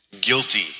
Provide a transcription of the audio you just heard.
guilty